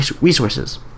resources